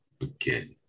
again